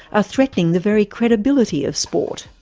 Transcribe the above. are threatening the very credibility of sport.